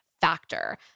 factor